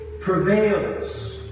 prevails